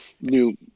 new